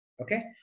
okay